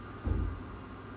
oh